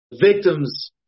victims